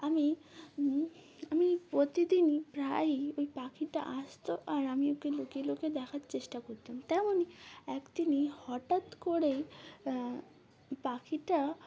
আমি আমি প্রতিদিনই প্রায়ই ওই পাখিটা আসতো আর আমি ওকে লুকিয়ে লুকিয়ে দেখার চেষ্টা করতাম তেমনই একদিনই হঠাৎ করেই পাখিটা